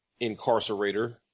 incarcerator